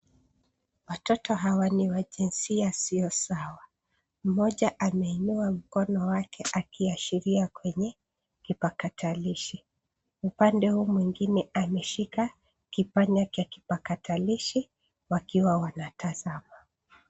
Watoto hawa ni wa jinsia sio sawa mmoja ameinua mkono wake akiashiria kwenye kipakatalishi upande huu mwingine ameshika kipanya kya kipakatalishi wakiwa wanatazama